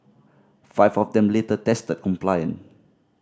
five of them later tested compliant